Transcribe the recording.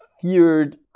feared